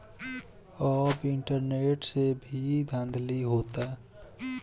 अब इंटरनेट से भी धांधली होता